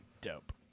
Dope